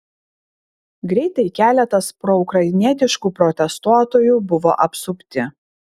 greitai keletas proukrainietiškų protestuotojų buvo apsupti